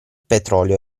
petrolio